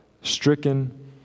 stricken